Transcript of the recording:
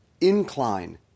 incline